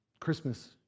Christmas